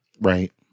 Right